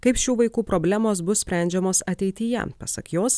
kaip šių vaikų problemos bus sprendžiamos ateityje pasak jos